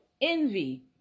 envy